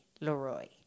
Leroy